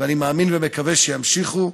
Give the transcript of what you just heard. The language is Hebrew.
אני מאמין ומקווה שימשיכו.